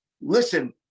listen